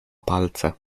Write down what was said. palce